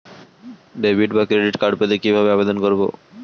Debit বা credit card পেতে কি ভাবে আবেদন করব?